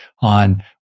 on